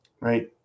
Right